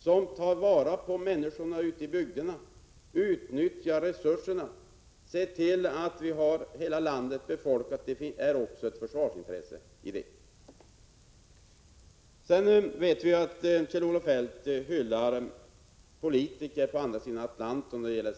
som tar vara på människorna ute i bygderna och utnyttjar resurserna? Att hela landet är befolkat är också ett försvarsintresse. Vi vet ju att Kjell-Olof Feldt i skattefrågan hyllar vissa politiker på andra sidan Atlanten.